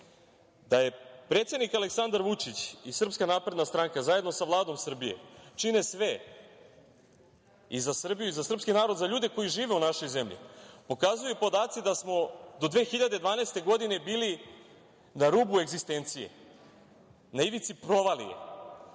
Da predsednik Aleksandar Vučić i SNS zajedno sa Vladom Srbije čine sve i za Srbiju i za srpski narod, za ljude koji žive u našoj zemlji, pokazuju podaci da smo do 2012. godine bili na rubu egzistencije, na ivici provalije,